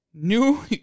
New